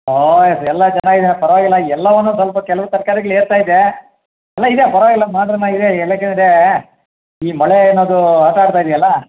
ಓ yes ಎಲ್ಲ ಚೆನ್ನಾಗಿದೆ ಪರ್ವಾಗಿಲ್ಲ ಎಲ್ಲೋ ಒಂದೊಂದು ಸ್ವಲ್ಪ ಕೆಲವು ತರ್ಕಾರಿಗಳು ಏರ್ತಾ ಇದೆ ಎಲ್ಲ ಇದೆ ಪರ್ವಾಗಿಲ್ಲ ಮಾಡ್ರನ್ ಆಗಿದೆ ಈ ಮಳೆ ಅನ್ನೋದು ಆಟ ಆಡ್ತಾ ಇದೆಯಲ್ಲ